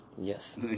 Yes